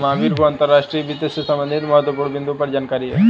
महावीर को अंतर्राष्ट्रीय वित्त से संबंधित महत्वपूर्ण बिन्दुओं पर जानकारी है